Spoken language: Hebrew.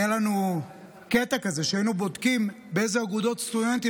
היה לנו קטע כזה שהיינו בודקים באילו אגודות סטודנטים